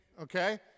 okay